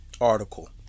article